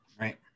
Right